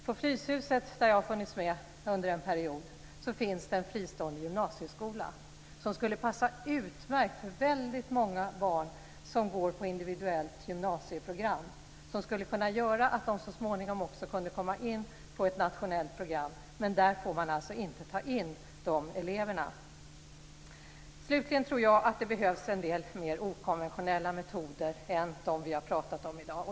På Fryshuset, där jag har funnits med under en period, finns en fristående gymnasieskola. Den skulle passa utmärkt för många som går på individuellt gymnasieprogram. Därigenom skulle de så småningom kunna komma in på ett nationellt program. Men där får man inte ta in de eleverna. Slutligen tror jag att det behövs mer okonventionella metoder än de vi har pratat om i dag.